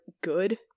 good